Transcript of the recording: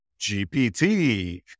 GPT